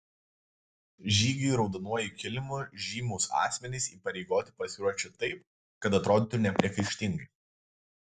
žygiui raudonuoju kilimu žymūs asmenys įpareigoti pasiruošti taip kad atrodytų nepriekaištingai